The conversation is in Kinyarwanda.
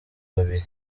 babiri